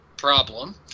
problem